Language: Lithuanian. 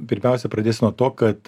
pirmiausia pradėsiu nuo to kad